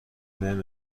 بهم